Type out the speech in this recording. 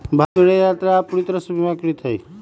भारत में रेल यात्रा अब पूरा तरह से बीमाकृत हई